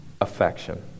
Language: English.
affection